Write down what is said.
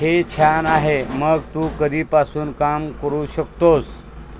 हे छान आहे मग तू कधीपासून काम करू शकतोस